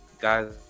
guys